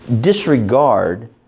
disregard